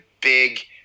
big